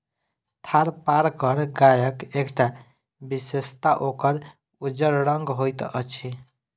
थारपारकर गायक एकटा विशेषता ओकर उज्जर रंग होइत अछि